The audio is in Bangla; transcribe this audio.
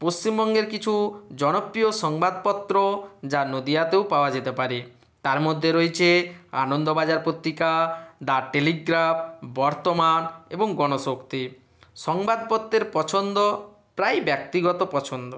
পশ্চিমবঙ্গের কিছু জনপ্রিয় সংবাদপত্র যা নদীয়াতেও পাওয়া যেতে পারে তার মধ্যে রয়েছে আনন্দবাজার পত্রিকা দা টেলিগ্রাফ বর্তমান এবং গণশক্তি সংবাদপত্রের পছন্দ প্রায় ব্যক্তিগত পছন্দ